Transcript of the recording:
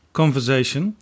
conversation